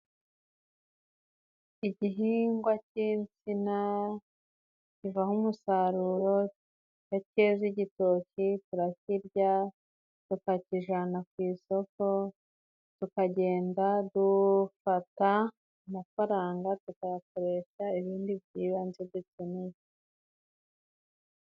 Igihingwa c'insina kivamo umusaruro. Iyo keze igitoki turakirya tukakijanana ku isoko, tukagenda dufata amafaranga tukayakoresha ibindi by'ibanze dukeneye.